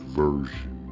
version